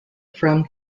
from